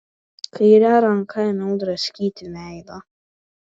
kaire ranka ėmiau draskyti veidą